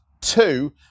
two